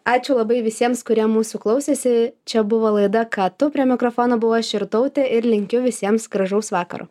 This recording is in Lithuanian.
ačiū labai visiems kurie mūsų klausėsi čia buvo laida ką tu prie mikrofono buvau aš irtautė ir linkiu visiems gražaus vakaro